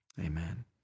amen